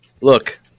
Look